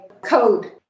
code